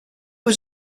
was